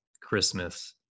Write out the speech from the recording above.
Christmas